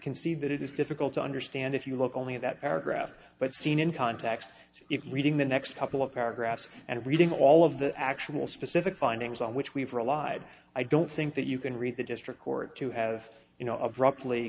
concede that it is difficult to understand if you look only at that paragraph but seen in context so if you're reading the next couple of paragraphs and reading all of the actual specific findings on which we've relied i don't think that you can read the district court to have you know abruptly